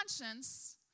conscience